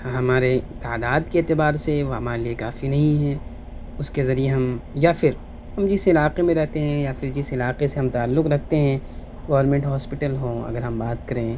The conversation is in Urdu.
ہمارے تعداد کے اعتبار سے وہ ہمارے لیے کافی نہیں ہیں اس کے ذریعے ہم یا پھر ہم جس علاقے میں رہتے ہیں یا پھر جس علاقے سے ہم تعلق رکھتے ہیں گورمنٹ ہاسپیٹل ہوں اگر ہم بات کریں